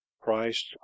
christ